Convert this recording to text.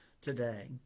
today